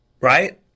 right